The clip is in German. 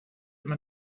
man